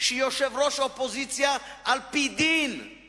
שיושב-ראש האופוזיציה על-פי דין לא